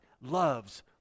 loves